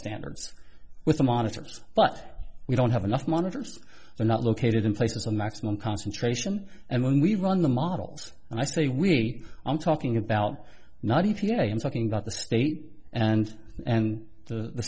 standards with the monitors but we don't have enough monitors they're not located in places a maximum concentration and when we run the models and i say we i'm talking about not e t a i'm talking about the state and and the